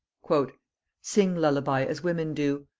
sing lullaby as women do,